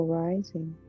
rising